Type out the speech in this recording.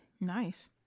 nice